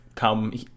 come